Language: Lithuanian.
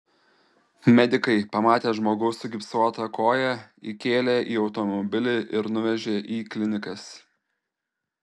medikai pamatę žmogaus sugipsuotą koją įkėlė į automobilį ir nuvežė į klinikas